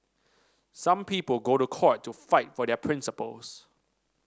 some people go to court to fight for their principles